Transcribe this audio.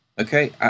okay